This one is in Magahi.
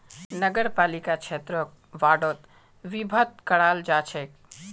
नगरपालिका क्षेत्रक वार्डोत विभक्त कराल जा छेक